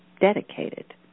dedicated